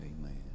Amen